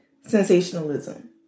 sensationalism